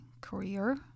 career